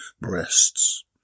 breasts